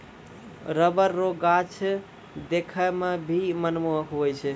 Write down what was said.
rubber रो गाछ देखै मे भी मनमोहक हुवै छै